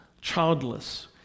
childless